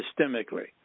systemically